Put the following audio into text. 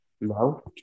No